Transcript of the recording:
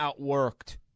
outworked